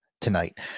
tonight